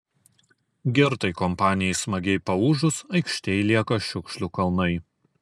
girtai kompanijai smagiai paūžus aikštėj lieka šiukšlių kalnai